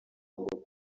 ngo